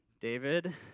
David